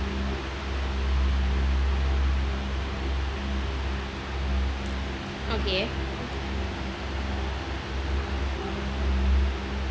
okay